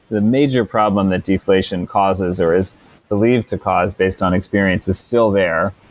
the major problem that deflation causes or is believed to cause based on experience is still there,